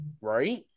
Right